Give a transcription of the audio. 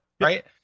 Right